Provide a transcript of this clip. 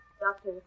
Doctor